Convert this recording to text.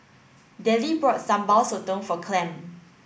Dellie bought Sambal Sotong for Clem